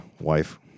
wife